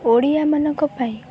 ଓଡ଼ିଆମାନଙ୍କ ପାଇଁ